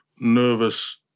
Nervous